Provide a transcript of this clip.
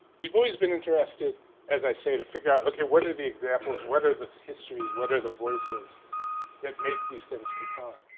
we've always been interested as i say, to figure out, okay what are the examples what are these histories, what are the voices that make these things compelling?